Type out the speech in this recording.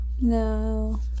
no